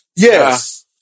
Yes